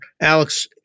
Alex